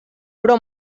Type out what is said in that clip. però